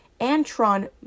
Antron